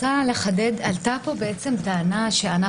עלתה פה בעצם טענה שענף